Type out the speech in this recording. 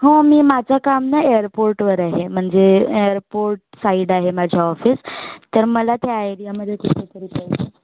हो मी माझं काम ना एअरपोर्टवर आहे म्हणजे एअरपोर्ट साईड आहे माझं ऑफिस तर मला त्या एरियामध्ये कुठंतरी पाहिजे